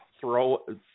throw